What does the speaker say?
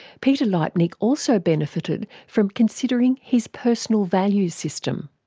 peter leipnik also benefited from considering his personal values system.